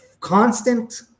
constant